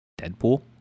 Deadpool